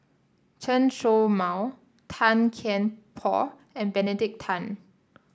Chen Show Mao Tan Kian Por and Benedict Tan